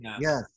Yes